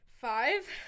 Five